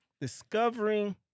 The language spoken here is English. Discovering